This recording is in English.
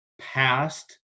past